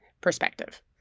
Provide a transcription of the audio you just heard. perspective